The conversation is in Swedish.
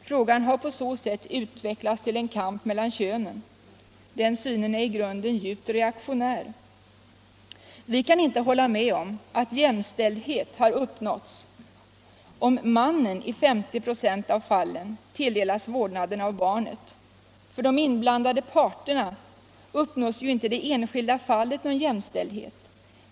Frågan har på så sätt utvecklats till en kamp mellan könen. Den synen är i grunden djupt reaktionär. Vi kan inte hålla med om att jämställdhet har uppnåtts om mannen i 50 96 av fallen tilldelas vårdnaden av barnet. För de inblandade parterna uppnås ju inte i det enskilda fallet någon jämställdhet.